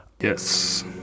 yes